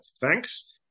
thanks